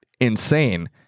insane